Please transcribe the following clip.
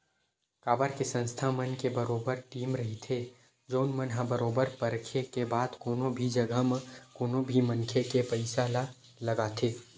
काबर के संस्था मन के बरोबर टीम रहिथे जउन मन ह बरोबर परखे के बाद कोनो भी जघा म कोनो भी मनखे के पइसा ल लगाथे